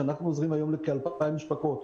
שאנחנו עוזרים היום לכ-2,000 משפחות.